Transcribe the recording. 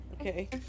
Okay